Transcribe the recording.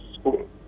school